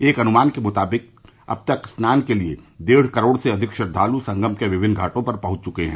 एक अनुमान के मुताबिक अब तक स्नान के लिए डेढ़ करोड़ से अधिक श्रद्वालु संगम के विभिन्न घाटो पर पहुंच चुके हैं